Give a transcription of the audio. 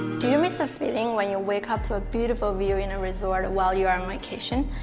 do you miss the feeling when you wake up to a beautiful view in a resort while you are on vacation?